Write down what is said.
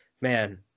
man